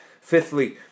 Fifthly